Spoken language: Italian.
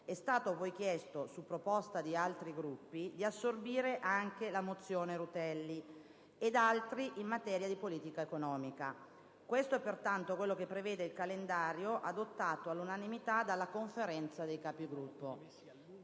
è stato poi chiesto, su proposta di altri Gruppi, di assorbire anche la mozione Rutelli ed altri in materia di politica economica. Questo è pertanto quello che prevede il calendario adottato all'unanimità dalla Conferenza dei Capigruppo.